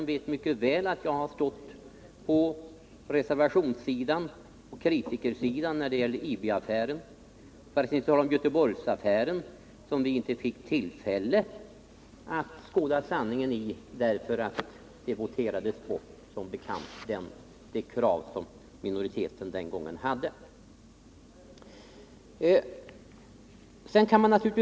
Han vet mycket väl att jag stått på reservationssidan och på kritikersidan när det gäller IB-affären —- för att inte tala om Göteborgsaffären, som vi inte fick tillfälle att ta fram sanningen om, därför att det krav som minoriteten den gången hade voterades bort.